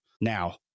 Now